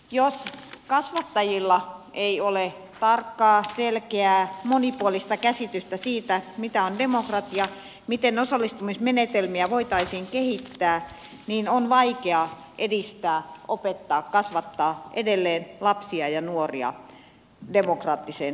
jos kasvattajilla ei ole tarkkaa selkeää monipuolista käsitystä siitä mitä on demokratia miten osallistumismenetelmiä voitaisiin kehittää niin on vaikea edistää opettaa kasvattaa edelleen lapsia ja nuoria demokraattiseen yhteiskuntaan